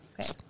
Okay